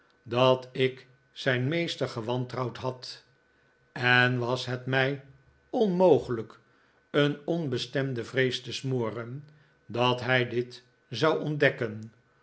dat ik zijn meester gewantrouwd had en was het mij onmogelijk een onbestemde vrees te smoren dat hij dit zou ontdekken